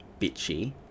bitchy